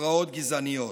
ופרעות גזעניות.